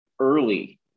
early